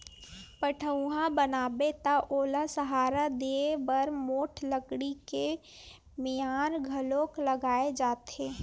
पठउहाँ बनाबे त ओला सहारा देय बर मोठ लकड़ी के मियार घलोक लगाए जाथे